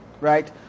Right